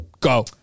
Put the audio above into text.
Go